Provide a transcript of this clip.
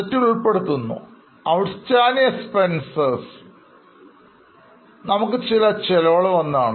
Outstanding expenses അതായത് നമുക്ക് ചില ചെലവുകൾ വന്നു